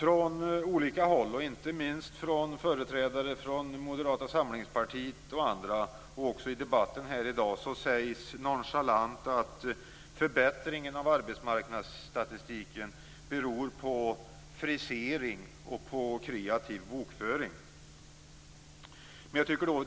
Från olika håll, inte minst från företrädare för Moderata samlingspartiet och andra, och också i debatten här i dag, sägs nonchalant att förbättringen av arbetsmarknadsstatistiken beror på frisering och kreativ bokföring.